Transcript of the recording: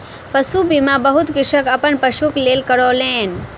पशु बीमा बहुत कृषक अपन पशुक लेल करौलेन